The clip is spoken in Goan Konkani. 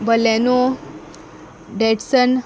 Baleno Datsun